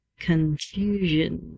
confusion